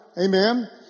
amen